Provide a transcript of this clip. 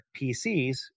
PCs